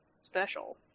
Special